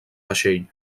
vaixell